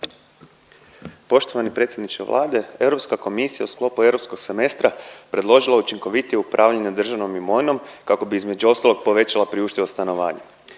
Poštovani predsjedniče Vlade, EK je u sklopu Europskog semestra predložilo učinkovitije upravljanje državnom .../Govornik se ne razumije./... kako bi između ostalog, povećala priuštivo stanovanje.